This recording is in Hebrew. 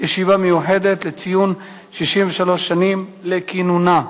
ישיבה מיוחדת לציון 63 שנים לכינונה.